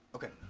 okay.